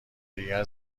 دیگر